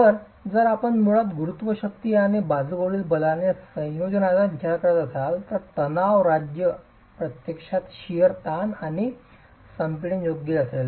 तर जर आपण मुळात गुरुत्व शक्ती आणि बाजूकडील बलाने संयोजनाचा विचार करत असाल तर तणाव राज्य प्रत्यक्षात शिअर ताण आणि संपीडन योग्य असेल